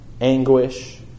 anguish